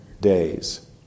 days